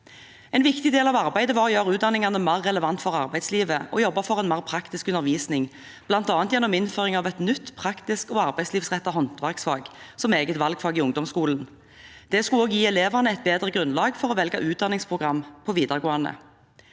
En viktig del av arbeidet var å gjøre utdanningene mer relevant for arbeidslivet og jobbe for en mer praktisk undervisning, bl.a. gjennom innføring av et nytt, praktisk og arbeidslivsrettet håndverksfag som eget valgfag i ungdomsskolen. Det skulle også gi elevene et bedre grunnlag for å velge utdanningsprogram på videregående.